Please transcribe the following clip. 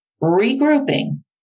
Regrouping